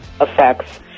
effects